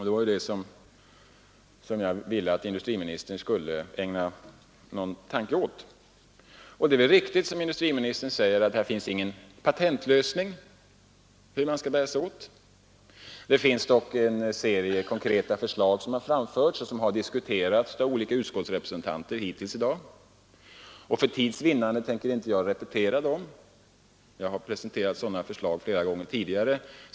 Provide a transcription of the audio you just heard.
Det var detta som jag ville att industriministern skulle ägna en tanke åt. Det är riktigt som industriministern säger att här finns ingen patentlösning hur man skall bära sig åt. Det finns dock en serie konkreta förslag som har framförts och som har diskuterats här i dag. Det har också presenterats sådana förslag flera gånger tidigare.